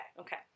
Okay